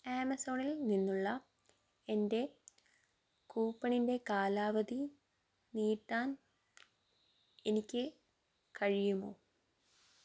ആമസോണിൽ നിന്നുള്ള എൻ്റെ കൂപ്പണിൻ്റെ കാലാവധി നീട്ടാൻ എനിക്ക് കഴിയുമോ